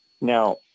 Now